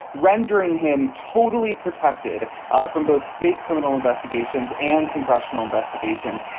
rendering him totally protected from both state criminal investigations and congressional investigations.